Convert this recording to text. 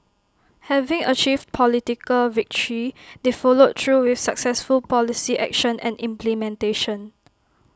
having achieved political victory they followed through with successful policy action and implementation